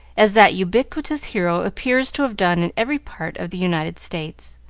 as that ubiquitous hero appears to have done in every part of the united states.